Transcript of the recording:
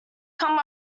come